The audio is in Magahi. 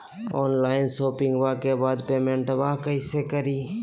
ऑनलाइन शोपिंग्बा के बाद पेमेंटबा कैसे करीय?